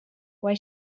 why